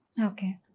Okay